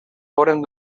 foren